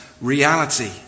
reality